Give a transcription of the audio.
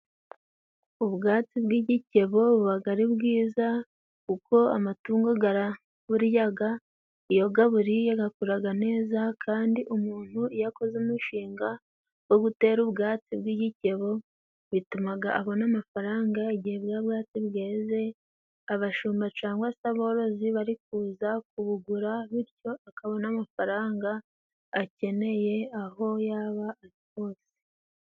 Ubwatsi bw'igikebo buba ari bwiza, kuko amatungo araburya iyo aburiye akura neza, kandi umuntu iyo akoze umushinga wo gutera ubwatsi bw'igikebo bituma abona amafaranga, igihe bwa bwatsi bweze abashumba cyangwa se aborozi bari kuza kubugura, bityo akabona amafaranga akeneye aho yaba ari hose.